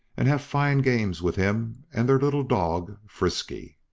and have fine games with him and their little dog frisky.